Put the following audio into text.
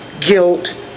guilt